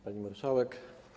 Pani Marszałek!